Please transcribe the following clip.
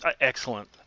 Excellent